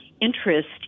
interest